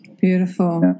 beautiful